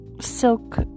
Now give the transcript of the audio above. silk